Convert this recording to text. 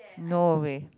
no way